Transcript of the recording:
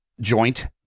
joint